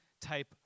type